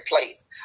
place